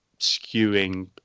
skewing